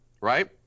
right